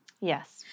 Yes